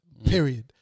period